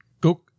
go